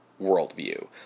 worldview